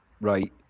right